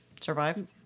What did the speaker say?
Survive